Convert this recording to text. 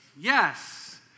Yes